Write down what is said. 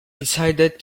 decided